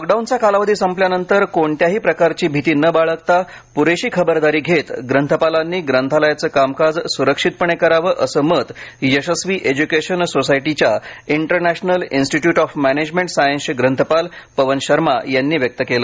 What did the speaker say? लॉकडाऊनचा कालावधी संपल्यानंतर कोणत्याही प्रकारची भीती न बाळगता पुरेशी खबरदारी घेत ग्रंथपालांनी ग्रंथालयांचं कामकाज स्रक्षितपणे करावं असं मत यशस्वी एज्युकेशन सोसायटीच्या इंटरनॅशनल इन्स्टिट्यूट ऑफ मॅनेजमेंट सायन्सचे ग्रंथपाल पवन शर्मा यांनी व्यक्त केलं